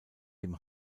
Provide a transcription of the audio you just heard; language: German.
dem